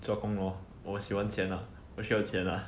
做工 lor 我喜欢钱啊我需要钱啦